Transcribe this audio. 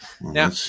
Now